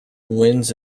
winds